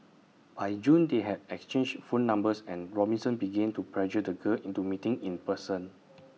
by June they had exchanged phone numbers and Robinson began to pressure the girl into meeting in person